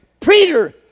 Peter